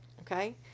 Okay